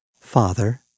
Father